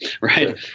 right